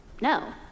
no